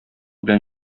белән